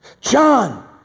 John